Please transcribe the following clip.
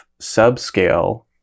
subscale